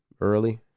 Early